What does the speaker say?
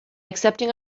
accepting